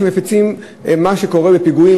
שמפיצים מה שקורה בפיגועים,